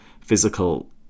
physical